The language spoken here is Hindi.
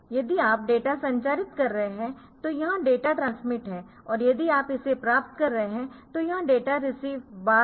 यदि आप डेटा संचारित कर रहे है तो यह डेटा ट्रांसमिट है और यदि आप इसे प्राप्त कर रहे है तो यह डेटा रिसीव बार है